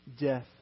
death